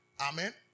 Amen